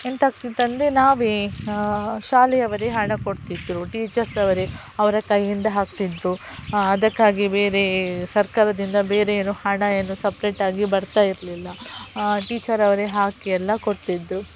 ಎಂಥ ಆಗ್ತಿತ್ತಂದರೆ ನಾವೇ ಶಾಲೆಯವರೆ ಹಣ ಕೊಡ್ತಿತ್ತು ಟೀಚರ್ಸ್ ಅವರೆ ಅವರ ಕೈಯಿಂದ ಹಾಕ್ತಿದ್ದರು ಅದಕ್ಕಾಗಿ ಬೇರೆ ಸರ್ಕಾರದಿಂದ ಬೇರೆ ಏನು ಹಣ ಏನು ಸಪ್ರೇಟ್ ಆಗಿ ಬರ್ತಾ ಇರಲಿಲ್ಲ ಟೀಚರ್ ಅವರೆ ಹಾಕಿ ಎಲ್ಲ ಕೊಡ್ತಿದ್ದರು